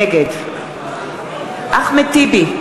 נגד אחמד טיבי,